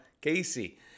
Casey